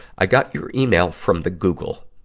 i got your email from the google.